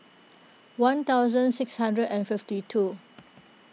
one thousand six hundred and fifty two